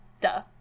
Duh